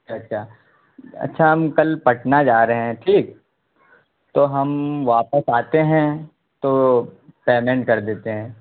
اچھا اچھا اچھا ہم کل پٹنہ جا رہے ہیں ٹھیک تو ہم واپس آتے ہیں تو پیمنٹ کر دیتے ہیں